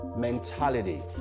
Mentality